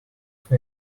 for